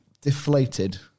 deflated